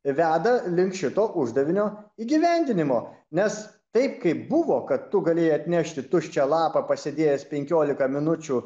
veda link šito uždavinio įgyvendinimo nes taip kaip buvo kad tu galėjai atnešti tuščią lapą pasėdėjęs penkiolika minučių